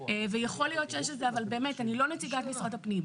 אני לא נציגת משרד הפנים,